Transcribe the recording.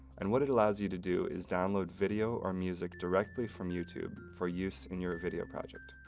and what it allows you to do is download video or music directly from youtube for use in your video project.